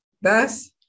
Thus